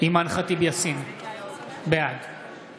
אימאן ח'טיב יאסין, בעד